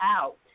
out